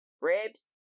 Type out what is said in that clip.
ribs